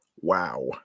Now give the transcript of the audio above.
Wow